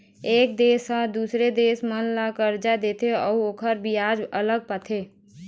ए देश ह दूसर देश मन ल करजा देथे अउ ओखर बियाज अलग पाथे